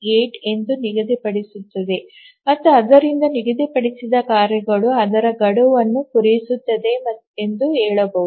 78 ಎಂದು ನಿಗದಿಪಡಿಸುತ್ತದೆ ಮತ್ತು ಆದ್ದರಿಂದ ನಿಗದಿಪಡಿಸಿದ ಕಾರ್ಯಗಳು ಅದರ ಗಡುವನ್ನು ಪೂರೈಸುತ್ತವೆ ಎಂದು ಹೇಳಬಹುದು